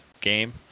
game